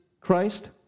Christ